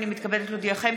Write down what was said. הינני מתכבדת להודיעכם,